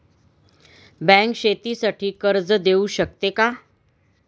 Bank शेतीसाठी कर्ज देऊ शकते का?